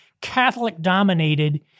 Catholic-dominated